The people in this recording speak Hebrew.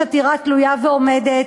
ויש עתירה תלויה ועומדת